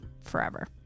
forever